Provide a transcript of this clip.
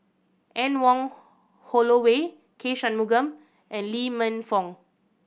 Anne Wong Holloway K Shanmugam and Lee Man Fong